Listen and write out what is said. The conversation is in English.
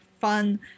fun